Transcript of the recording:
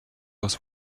was